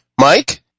mike